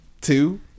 two